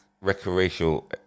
recreational